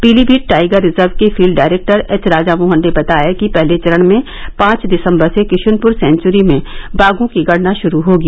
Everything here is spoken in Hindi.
पीलीमीत टाइगर रिजर्व के field director H Raja Mohan ने बताया कि पहले चरण में पांच दिसंबर से किशनपुर सेंचुरी में बाघों की गणना शुरू होगी